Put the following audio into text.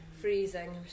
Freezing